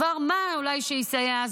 דבר מה שאולי יסייע,